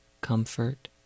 comfort